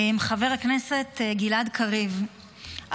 חבר הכנסת גלעד קריב,